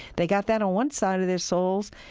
they got that on one side of their souls.